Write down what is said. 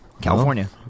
California